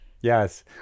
Yes